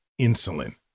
insulin